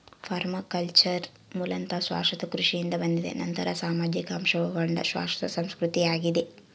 permaculture ಮೂಲತಃ ಶಾಶ್ವತ ಕೃಷಿಯಿಂದ ಬಂದಿದೆ ನಂತರ ಸಾಮಾಜಿಕ ಅಂಶ ಒಳಗೊಂಡ ಶಾಶ್ವತ ಸಂಸ್ಕೃತಿ ಆಗಿದೆ